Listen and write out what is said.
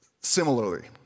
similarly